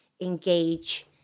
engage